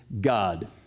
God